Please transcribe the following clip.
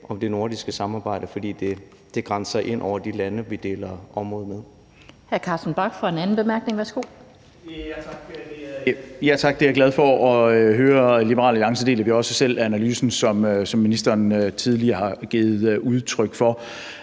om det nordiske samarbejde, fordi det grænser ind over de lande, vi deler område med.